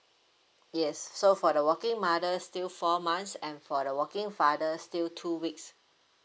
yes so for the working mother still four months and for the working father still two weeks